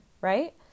right